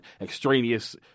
extraneous